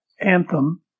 anthem